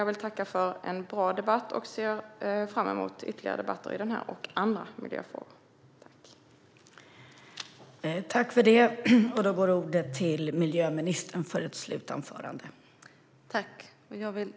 Jag vill tacka ministern för en bra debatt och ser fram emot ytterligare debatter i den här och andra miljöfrågor.